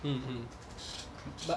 mm mm but